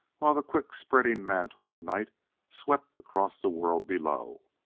while the quick-spreading mantle of night swept across the world below.